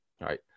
right